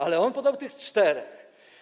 Ale on podał tych czterech.